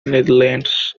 netherlands